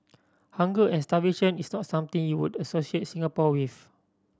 hunger and starvation is not something you would associate Singapore with